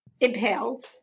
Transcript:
impaled